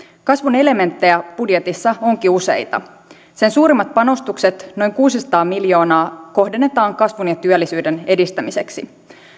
kasvun elementtejä budjetissa onkin useita sen suurimmat panostukset noin kuusisataa miljoonaa kohdennetaan kasvun ja työllisyyden edistämiseksi